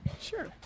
Sure